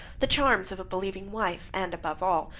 the charms of a believing wife, and, above all,